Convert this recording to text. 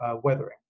weathering